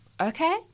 okay